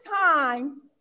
time